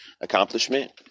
accomplishment